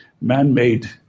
man-made